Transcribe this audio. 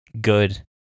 good